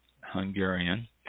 hungarian